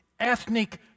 ethnic